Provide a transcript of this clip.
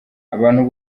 abantu